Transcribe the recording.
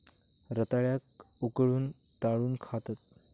रताळ्याक उकळवून, तळून खातत